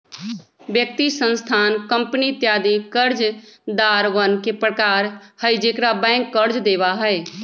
व्यक्ति, संस्थान, कंपनी इत्यादि कर्जदारवन के प्रकार हई जेकरा बैंक कर्ज देवा हई